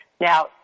Now